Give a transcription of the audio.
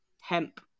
Hemp